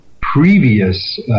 previous